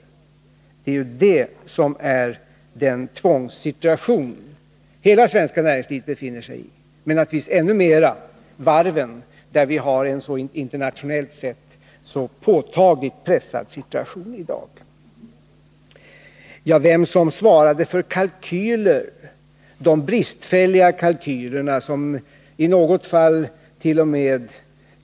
Det är detta som är den tvångssituation som hela det svenska näringslivet befinner sigi, men naturligtvis i särskilt hög grad varven, där vi internationellt sett har en så påtagligt pressad situation i dag. Frågan om vem som svarade för de kalkyler som användes, dvs. de bristfälliga kalkyler som i något fallt.o.m.